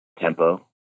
tempo